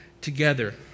together